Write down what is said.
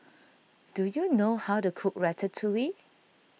do you know how to cook Ratatouille